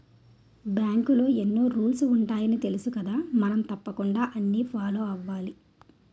బాంకులో ఎన్నో రూల్సు ఉంటాయని తెలుసుకదా మనం తప్పకుండా అన్నీ ఫాలో అవ్వాలి